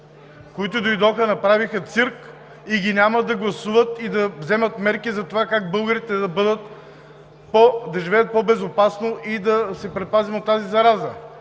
Които дойдоха, направиха цирк и ги няма да гласуват и да вземат мерки за това как българите да живеят по-безопасно и да се предпазим от тази зараза.